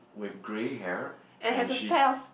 with grey hair and she's